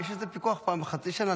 יש על זה פיקוח פעם בחצי שנה,